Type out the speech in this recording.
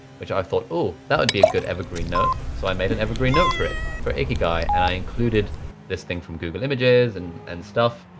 which i thought, oh, that would be a good evergreen note. so i made an evergreen note for it for ikigai, and i included this thing from google images and and stuff.